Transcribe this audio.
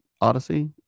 odyssey